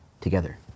Together